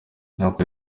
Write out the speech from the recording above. niko